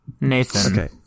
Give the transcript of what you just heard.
Nathan